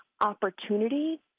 opportunity